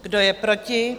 Kdo je proti?